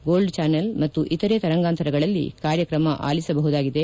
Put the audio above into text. gold channel ಮತ್ತು ಇತರೆ ತರಂಗಾಂತರಗಳಲ್ಲಿ ಕಾರ್ಯಕ್ರಮ ಆಲಿಸಬಹುದಾಗಿದೆ